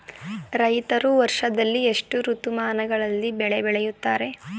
ರೈತರು ವರ್ಷದಲ್ಲಿ ಎಷ್ಟು ಋತುಮಾನಗಳಲ್ಲಿ ಬೆಳೆ ಬೆಳೆಯುತ್ತಾರೆ?